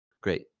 Great